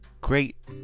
great